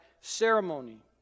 ceremony